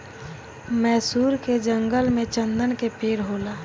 मैसूर के जंगल में चन्दन के पेड़ होला